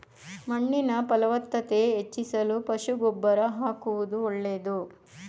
ಮಣ್ಣಿನ ಫಲವತ್ತತೆ ಹೆಚ್ಚಿಸಲು ಪಶು ಗೊಬ್ಬರ ಆಕುವುದು ಒಳ್ಳೆದು